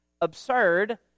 absurd